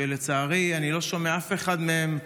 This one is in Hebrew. שלצערי אני לא שומע אף אחד מהם מדבר,